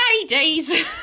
ladies